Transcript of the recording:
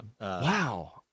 Wow